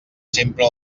sempre